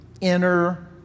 inner